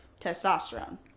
testosterone